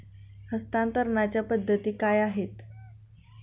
हस्तांतरणाच्या पद्धती काय आहेत?